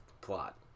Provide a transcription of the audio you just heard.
plot